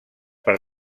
per